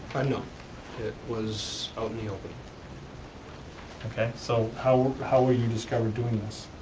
no. it was out in ah but okay, so how how were you discovered doing this?